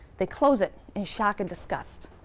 they close it in shock and disgust.